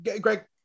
Greg